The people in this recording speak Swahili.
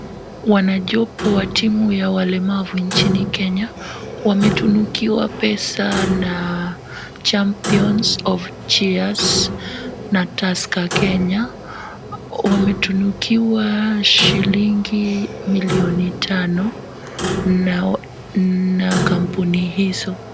Wana jopo wa timu ya walemavu nchini Kenya wametunukiwa pesa na Champions of Cheers na Tusker Kenya, wametukiwa shillingi millioni tano na kampuni hizo.